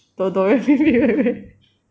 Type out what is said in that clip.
do do re re mi re re